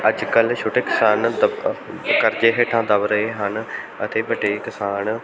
ਅੱਜ ਕੱਲ੍ਹ ਛੋਟੇ ਕਿਸਾਨ ਤਬ ਕਰਜ਼ੇ ਹੇਠਾਂ ਦੱਬ ਰਹੇ ਹਨ ਅਤੇ ਵੱਡੇ ਕਿਸਾਨ